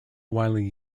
widely